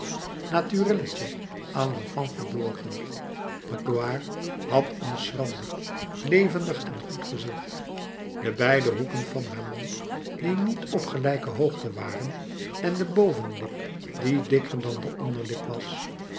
naturelletje à l'enfant verborgen magloire had een schrander levendig en goed gezicht de beide hoeken van haar mond die niet op gelijke hoogte waren en de bovenlip die dikker dan de onderlip was